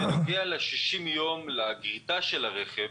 בנוגע ל-60 ימים לגריטה של הרכב,